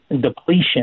depletion